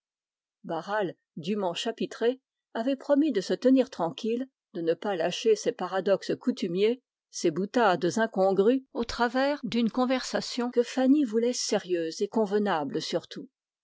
chapitré avait promis de ne pas lâcher ses paradoxes coutumiers au travers d'une conversation que fanny voulait sérieuse et convenable